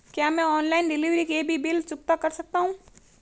क्या मैं online delivery के भी बिल चुकता कर सकता हूँ?